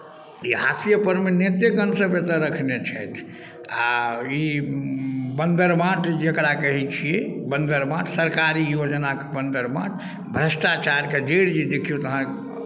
हासिये परमे नेतेगणसभ एतहु रखने छथि आ ई बंदर बाँट जकरा कहै छियै बंदर बाँट सरकारी योजनाके बंदर बाँट भ्रष्टाचारके जड़ि जे देखियौ तऽ अहाँ